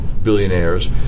billionaires